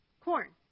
corn